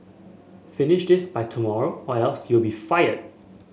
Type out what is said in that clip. finish this by tomorrow or else you'll be fired